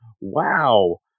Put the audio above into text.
Wow